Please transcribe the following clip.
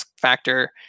factor